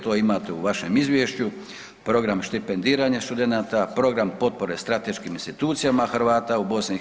To imate u vašem izvješću, program štipendiranja študenata, program potpore strateškim institucijama Hrvata u BiH.